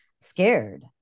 scared